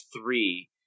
three